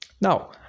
Now